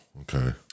okay